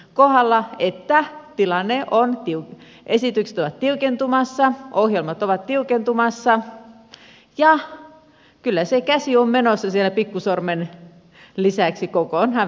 erityisesti tämänkin luonnonsuojelulakimuutoksen kohdalla että esitykset ovat tiukentumassa ohjelmat ovat tiukentumassa ja kyllä se käsi on menossa pikkusormen lisäksi kokonaan vähitellen